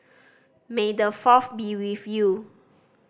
may the Fourth be with you